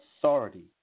authority